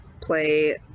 play